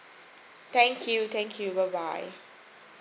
thank you thank you bye bye